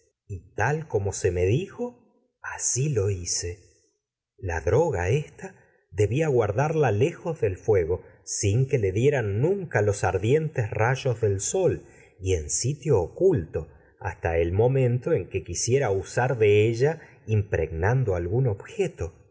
como se me dijo asi lo hice la droga debía guardarla ardientes lejos del fuego y en sin que le dieran sitio oculto has nunca los rayos del sol ta el momento en que quisiera usar de ella impregnan do algún objeto